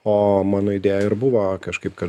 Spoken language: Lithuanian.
o mano idėja ir buvo kažkaip kad